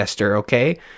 okay